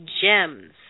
gems